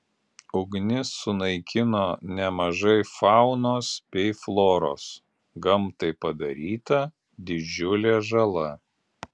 ugnis sunaikino nemažai faunos bei floros gamtai padaryta didžiulė žala